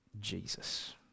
Jesus